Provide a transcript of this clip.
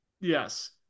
Yes